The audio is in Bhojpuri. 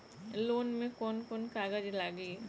लोन में कौन कौन कागज लागी?